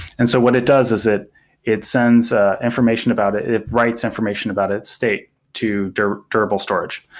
and so what it does is it it sends ah information about it. it writes information about it's state to to durable storage,